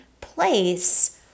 place